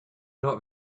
not